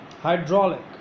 hydraulic